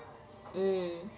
mm